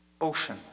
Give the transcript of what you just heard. Ocean